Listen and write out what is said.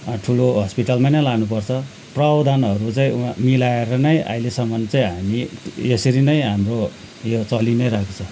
ठुलो हस्पिटलमा नै लानु पर्छ प्रावधानहरू चाहिँ मिलाएर नै अहिलेसम्म चाहिँ हामी यसरी नै हाम्रो यो चलि नै रहेको छ